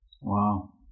Wow